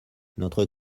notre